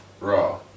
raw